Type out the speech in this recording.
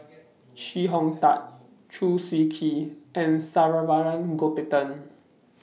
Chee Hong Tat Chew Swee Kee and Saravanan Gopinathan